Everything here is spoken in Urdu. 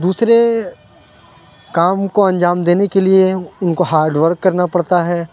دوسرے کام کو انجام دینے کے لیے اُن کو ہارڈ ورک کرنا پڑتا ہے